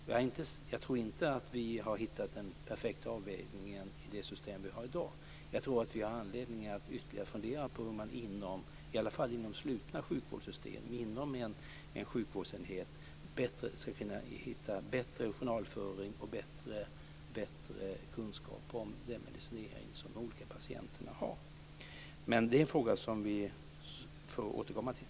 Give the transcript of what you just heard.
Jag tror inte att vi har hittat den perfekta avvägningen i det system som vi har i dag. Jag tror att vi har anledning att ytterligare fundera över hur man i alla fall inom slutna sjukvårdssystem, inom en sjukvårdsenhet, ska kunna få en bättre journalföring och bättre kunskap om de olika patienternas medicinering. Men det är en fråga som vi får återkomma till.